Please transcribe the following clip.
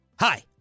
Hi